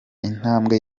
intambwe